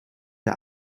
der